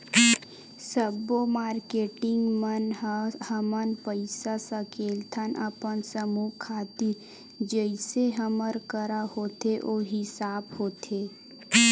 सब्बो मारकेटिंग मन ह हमन पइसा सकेलथन अपन समूह खातिर जइसे हमर करा होथे ओ हिसाब होथे